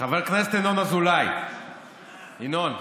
חבר הכנסת ינון אזולאי, ינון,